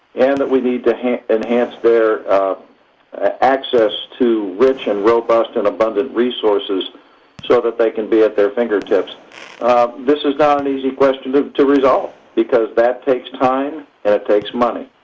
and that we need to enhance their access to rich and robust and abundant resources so that they can be at their finger tips. this is not an easy question to resolve because that takes time and it takes money.